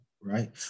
right